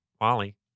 Wally